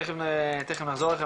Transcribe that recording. תכף נחזור אליכם,